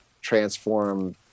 transform